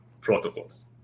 protocols